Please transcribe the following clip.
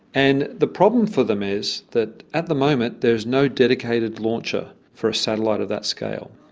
and the problem for them is that at the moment there is no dedicated launcher for a satellite of that scale.